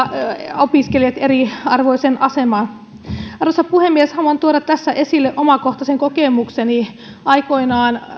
opiskelijat eriarvoiseen asemaan arvoisa puhemies haluan tuoda tässä esille omakohtaisen kokemukseni aikoinaan